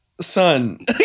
Son